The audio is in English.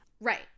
Right